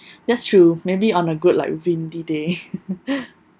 that's true maybe on a good like windy day